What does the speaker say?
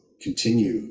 continue